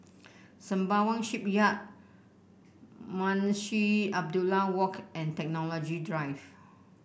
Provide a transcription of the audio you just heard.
Sembawang Shipyard Munshi Abdullah Walk and Technology Drive